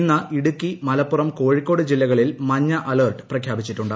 ഇന്ന് ഇടുക്കി മലപ്പുറം കോഴിക്കോട് ജില്ലകളിൽ മഞ്ഞ അലർട്ട് പ്രഖ്യാപിച്ചിട്ടുണ്ട്